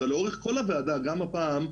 אתה לאורך כל הוועדה גם הפעם,